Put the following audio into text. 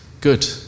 Good